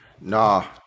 Nah